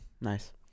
Nice